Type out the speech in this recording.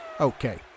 Okay